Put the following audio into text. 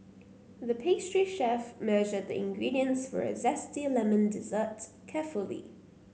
the pastry chef measured the ingredients for a zesty lemon dessert carefully